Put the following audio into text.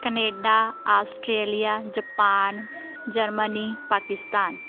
Canada Australia Japan Germany Pakistan